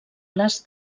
les